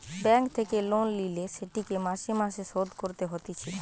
bank থেকে loan লিলে সেটিকে মাসে মাসে শোধ করতে হতিছে